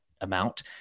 amount